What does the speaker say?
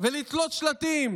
ולתלות שלטים,